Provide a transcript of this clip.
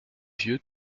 vieux